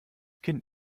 kind